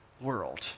world